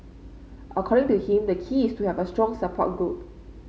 according to him the key is to have a strong support group